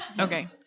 Okay